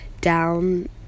down